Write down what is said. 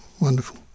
Wonderful